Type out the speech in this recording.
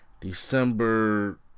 December